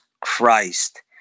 Christ